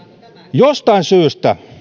jostain syystä